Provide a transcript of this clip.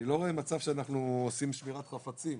אני לא רואה מצב שאנחנו עושים שמירת חפצים.